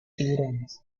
tiburones